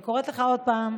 אני קוראת לך עוד פעם,